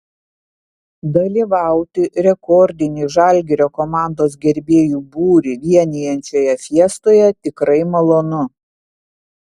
dalyvauti rekordinį žalgirio komandos gerbėjų būrį vienijančioje fiestoje tikrai malonu